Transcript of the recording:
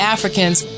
Africans